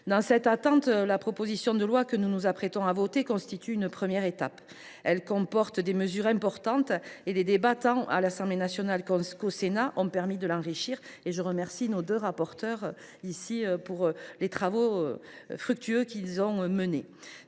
Dans cette attente, la proposition de loi que nous nous apprêtons à voter constitue une première étape. Elle comporte des mesures importantes, et les débats, tant à l’Assemblée nationale qu’au Sénat, ont permis de l’enrichir. Je remercie les deux rapporteurs ici présents de leurs travaux fructueux. Nous saluons